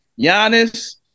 Giannis